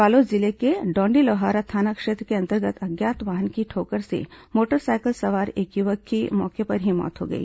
बालोद जिले के डौंडीलोहारा थाना क्षेत्र के अंतर्गत अज्ञात वाहन की ठोकर से मोटरसाइकिल सवार एक युवक की मौके पर ही मौत हो गई